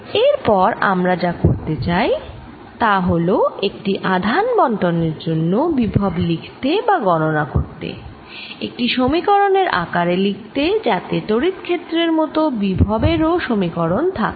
এর পর আমরা যা করতে চাই তা হল একটি আধান বন্টনের জন্য বিভব লিখতে বা গণনা করতে একটি সমীকরণের আকারে লিখতে যাতে তড়িৎ ক্ষেত্রের মত বিভবের ও সমীকরণ থাকে